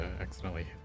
accidentally